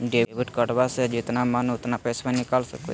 Debit कार्डबा से जितना मन उतना पेसबा निकाल सकी हय?